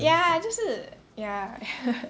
ya 就是 ya